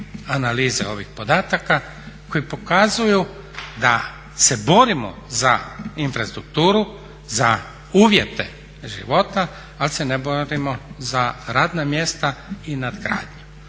analize ovih podataka koji pokazuju da se borimo za infrastrukturu, za uvjete života ali se ne borimo za radna mjesta i nadgradnju.